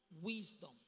wisdom